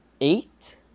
eight